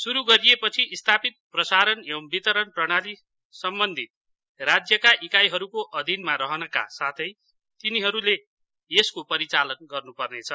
शुरु गरिएपछि स्थापित प्रसारण एवं वितरण प्रणाली सम्बन्धित राज्यका एकाइहरूको अधीनमा रहनका साथै तिनीहरूले यसको परिचालन गर्नुपर्नेछ